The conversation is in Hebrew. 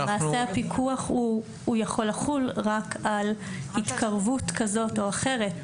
למעשה הפיקוח יכול לחול רק על התקרבות כזאת או אחרת,